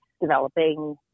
developing